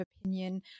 opinion